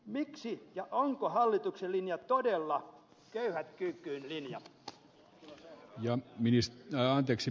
miksi ja onko hallituksen linja todella köyhät kyykkyyn linja